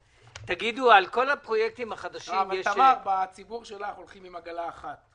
תמר, בציבור שלך הולכים עם עגלה אחת.